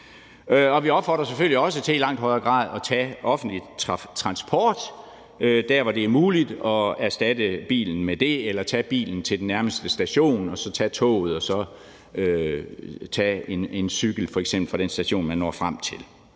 Vi opfordrer selvfølgelig også til i langt højere grad at tage offentlig transport der, hvor det er muligt, og erstatte bilen med det eller tage bilen til den nærmeste station og så tage toget og så tage en cykel fra den station, man når frem til,